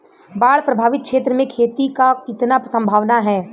बाढ़ प्रभावित क्षेत्र में खेती क कितना सम्भावना हैं?